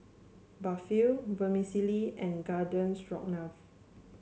Barfi Vermicelli and Garden Stroganoff